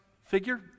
figure